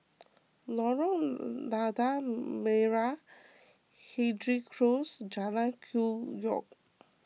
Lorong Lada Merah Hendry Close Jalan Hwi Yoh